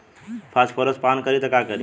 Phosphorus पान करी त का करी?